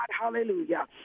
Hallelujah